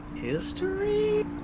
history